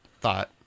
thought